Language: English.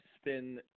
spin